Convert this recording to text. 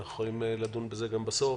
אנחנו יכולים לדון בזה גם בסוף